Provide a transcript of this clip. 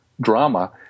drama